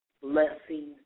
blessing